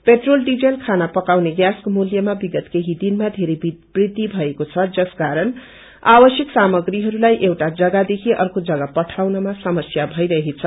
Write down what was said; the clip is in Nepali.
पोट्रोल डीजल खाना पकाउने ग्यासको मूल्यमा विगत केहि निमा धेरै बृद्धि भएको छ जस कारण आवश्यक सामाप्रीहरूलाई एउटा जग्गा देखि अर्को जग्गा पठाउनमा समस्या पैरहेछ